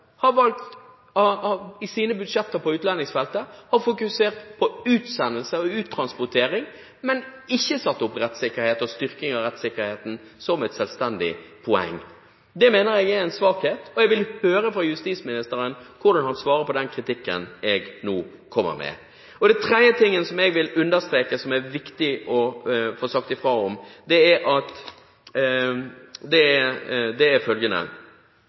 på utlendingsfeltet har fokusert på utsendelser og uttransportering, men ikke satt opp rettssikkerhet og styrking av rettssikkerheten som et selvstendig punkt. Det mener jeg er en svakhet, og jeg vil høre fra justisministeren hvordan han svarer på den kritikken jeg nå kommer med. Den tredje tingen som jeg vil understreke, og som det er viktig å få sagt fra om, er følgende: Den vesentlige forskjellen på hvordan Utlendingsnemnda behandler saker, og hvordan en domstol behandler saker, er at